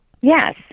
Yes